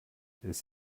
ist